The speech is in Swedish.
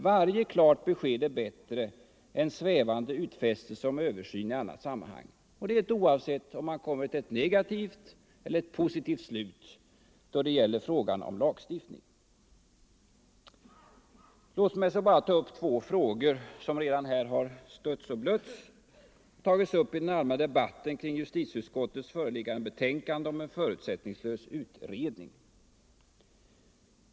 Varje klart besked är bättre än svävande utfästelser om översyn i annat sammanhang, oavsett om man kommer fram till ett negativt eller ett positivt beslut i frågan om lagstiftning. Låt mig så bara ta upp två frågor som stötts och blötts i den allmänna debatten om justitieutskottets föreliggande betänkande med förslag om en förutsättningslös utredning.